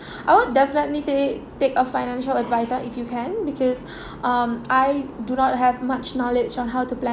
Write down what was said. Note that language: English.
I would definitely say take a financial advisor if you can because um I do not have much knowledge on how to pla~